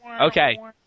Okay